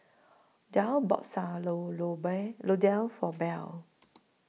Dale bought Sayur Lodeh For Bell